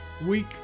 week